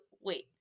wait